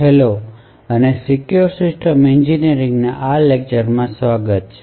hello અને secure systems એન્જિનિયરિંગના આ લેક્ચર માં સ્વાગત છે